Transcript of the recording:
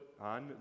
on